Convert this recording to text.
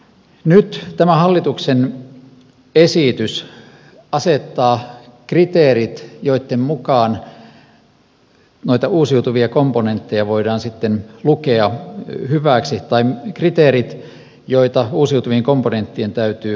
nyt tämä hallituksen esitys asettaa kriteerit joitten mukaan noita uusiutuvia komponentteja voidaan sitten lukea hyväksi tai kriteerit joita uusiutuvien komponenttien täytyy täyttää